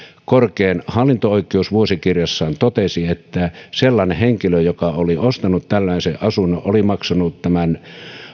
korkein hallinto oikeus vuosikirjassaan totesi että sellainen henkilö joka oli ostanut tällaisen asunnon oli maksanut tämän